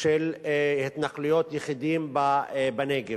של התנחלויות יחידים בנגב,